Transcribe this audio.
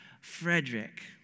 Frederick